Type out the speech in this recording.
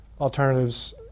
alternatives